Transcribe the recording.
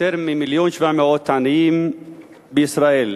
יותר ממיליון ו-700,000 עניים בישראל,